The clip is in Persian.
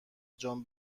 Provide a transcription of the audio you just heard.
جان